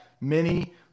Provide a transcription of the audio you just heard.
Mini